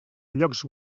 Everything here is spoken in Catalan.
llocs